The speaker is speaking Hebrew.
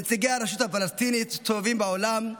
נציגי הרשות הפלסטינית מסתובבים בעולם,